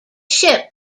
ship